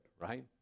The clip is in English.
right